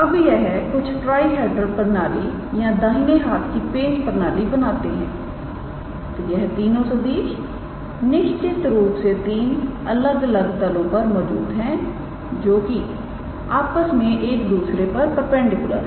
अबयह कुछ ट्राईहैडरल प्रणाली या दाहिनी हाथ की पेंच प्रणालीबनाते हैं तो यह तीनों सदिश निश्चित रूप से तीन अलग अलग तलों पर मौजूद है जो कि आपस में एक दूसरे पर परपेंडिकुलर हैं